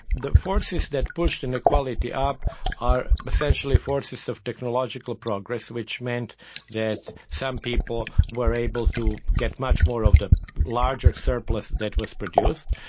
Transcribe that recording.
the forces that pushed inequality up are essentially forces of technological progress, which meant that some people were able to get much more of the larger surplus that was produced.